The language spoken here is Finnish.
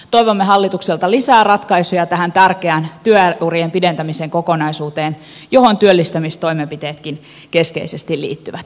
toivomme hallitukselta lisää ratkaisuja tähän tärkeään työurien pidentämisen kokonaisuuteen johon työllistämistoimenpiteetkin keskeisesti liittyvät